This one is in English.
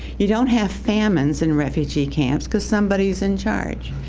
you don't have famines and refugee camps because somebody's in charge.